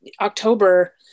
october